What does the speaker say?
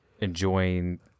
enjoying